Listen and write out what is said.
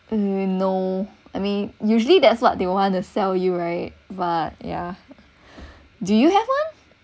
mm no I mean usually that's what they want to sell you right but yeah do you have one